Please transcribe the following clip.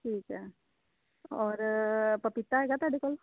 ਠੀਕ ਹੈ ਔਰ ਪਪੀਤਾ ਹੈਗਾ ਤੁਹਾਡੇ ਕੋਲ